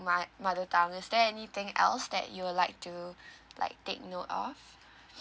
ma mother tongue is there anything else that you will like to like take note of